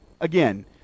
again